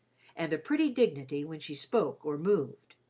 and a pretty dignity when she spoke or moved.